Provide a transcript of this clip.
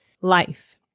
life